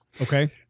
Okay